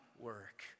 work